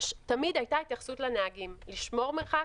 תמיד הייתה התייחסות לנהגים לשמור מרחק,